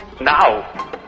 now